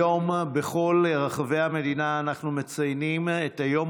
היום בכל רחבי המדינה אנחנו מציינים את היום